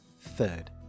third